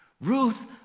Ruth